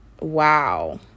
wow